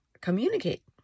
communicate